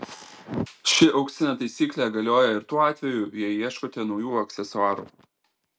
ši auksinė taisyklė galioja ir tuo atveju jei ieškote naujų aksesuarų